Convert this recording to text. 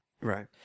Right